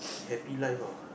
happy life ah